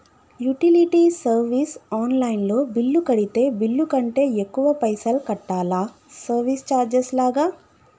Utility service online లో bill కడితే bill కంటే ఎక్కువ పైసల్ కట్టాలా సర్వీస్ చార్జెస్ లాగా?